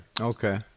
Okay